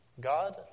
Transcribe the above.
God